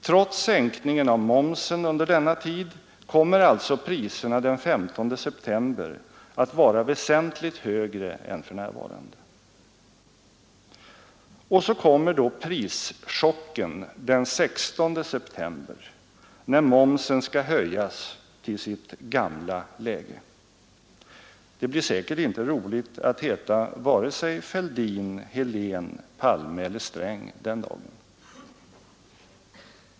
Trots sänkningen av momsen kommer således priserna den 15 september att vara väsentligt högre än för närvarande. Och så kommer då prischocken den 16 september, när momsen skall höjas till sitt gamla läge. Det blir säkert inte roligt att heta vare sig Fälldin, Helén, Palme eller Sträng den dagen.